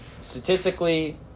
statistically